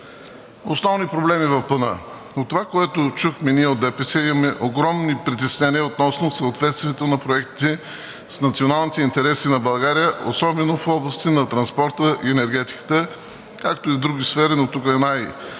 Основни проблеми в Плана. От това, което чухме, ние от ДПС имаме огромни притеснения относно съответствието на проектите с националните интереси на България, особено в областите на транспорта и енергетиката, както и в други сфери, но тук е най-видно,